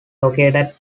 located